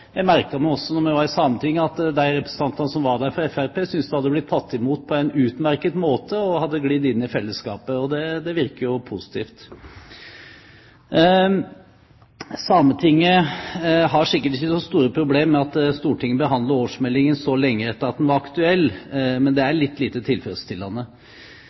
Jeg merket meg også da vi var i Sametinget, at de representantene som var der fra Fremskrittspartiet, syntes de hadde blitt tatt imot på en utmerket måte og hadde glidd inn i fellesskapet – og det virker jo positivt. Sametinget har sikkert ikke så store problemer med at Stortinget behandler årsmeldingen så lenge etter at den ble aktuell, men det er litt lite tilfredsstillende.